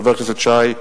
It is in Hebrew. חבר הכנסת שי,